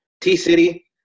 T-City